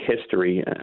history